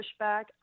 pushback